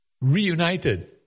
reunited